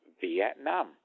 Vietnam